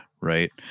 right